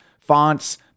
fonts